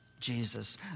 Jesus